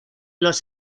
los